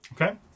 Okay